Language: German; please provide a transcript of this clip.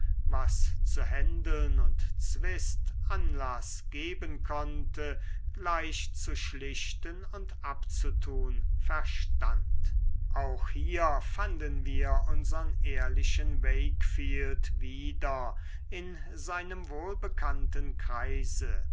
was zu händeln und zwist anlaß geben konnte gleich zu schlichten und abzutun verstand auch hier fanden wir unsern ehrlichen wakefield wieder in seinem wohlbekannten kreise